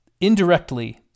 indirectly